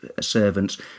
servants